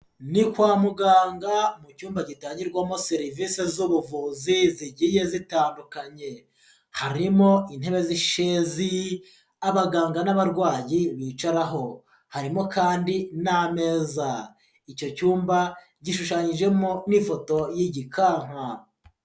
Ni kwa muganga mu cyumba gitangirwamo serivisi z'ubuvuzi zagiye zitandukanye, harimo intebe z'ishezi, abaganga n'abarwayi bicaraho, harimo kandi n'ameza, icyo cyumba gishushanyijemo n'ifoto y'igikanka.